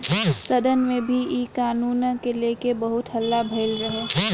सदन में भी इ कानून के लेके बहुत हल्ला भईल रहे